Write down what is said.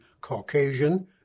Caucasian